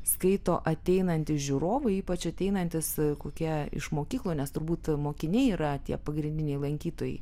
skaito ateinantys žiūrovai ypač ateinantys kokia iš mokyklų nes turbūt mokiniai yra tie pagrindiniai lankytojai